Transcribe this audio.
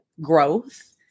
growth